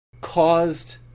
caused